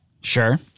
Sure